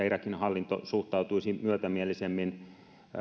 irakin hallinto suhtautuisi myötämielisemmin